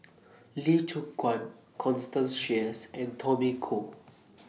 Lee Choon Guan Constance Sheares and Tommy Koh